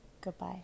Goodbye